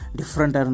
different